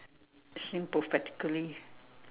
sing prophetically